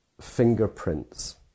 fingerprints